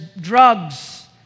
drugs